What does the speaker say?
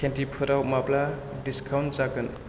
केन्दिफोराव माब्ला डिसकाउन्ट जागोन